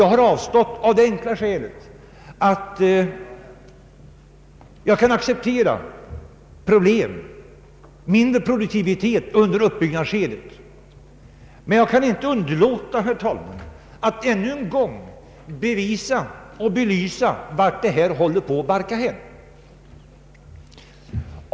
Jag har avstått av det enkla skälet att jag kan acceptera problem, mindre produktivitet m.m. under uppbyggnadsskedet, men jag kan inte underlåta, herr talman, att än en gång belysa vart det håller på att barka hän.